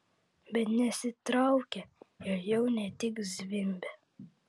bet nesitraukia ir jau ne tik zvimbia